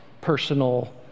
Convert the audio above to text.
personal